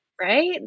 right